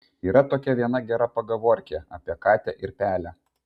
yra tokia viena gera pagavorkė apie katę ir pelę